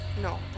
No